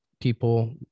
people